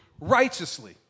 righteously